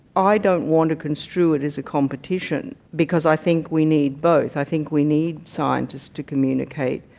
i don't want to construe it as a competition because i think we need both. i think we need scientists to communicate,